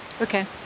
Okay